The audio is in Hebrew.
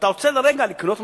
ואתה עוצר לרגע לקנות משהו,